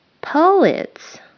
Poets